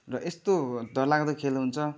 र यस्तो डरलाग्दो खेल हुन्छ